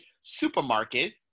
supermarket